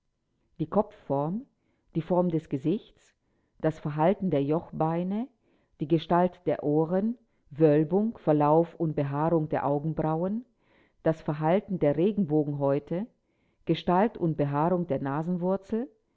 die kopfform die form des gesichts das verhalten der jochbeine die gestalt der ohren wölbung verlauf und behaarung der augenbrauen das verhalten der regenbogenhäute gestalt und behaarung der nasenwurzel